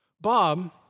Bob